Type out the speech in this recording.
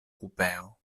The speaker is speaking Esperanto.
kupeo